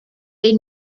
they